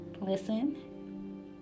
listen